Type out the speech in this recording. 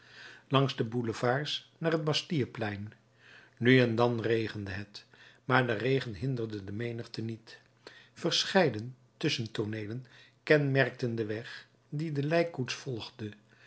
langs de boulevards naar het bastilleplein nu en dan regende het maar de regen hinderde de menigte niet verscheiden tusschentooneelen kenmerkten den weg dien de lijkkoets volgde